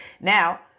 Now